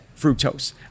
fructose